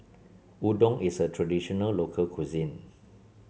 udon is a traditional local cuisine